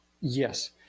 Yes